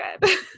good